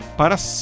para